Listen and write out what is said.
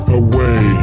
away